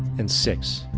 and six.